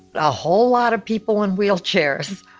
a whole lot of people in wheelchairs,